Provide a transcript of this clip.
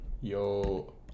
yo